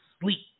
sleep